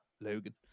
logan